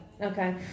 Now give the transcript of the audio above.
Okay